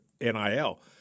NIL